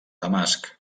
damasc